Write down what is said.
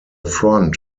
front